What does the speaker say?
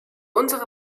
unsere